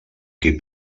qui